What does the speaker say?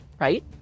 right